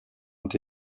ont